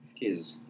Kids